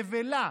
נבלה,